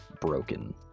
broken